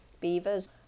beavers